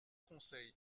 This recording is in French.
conseil